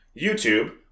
YouTube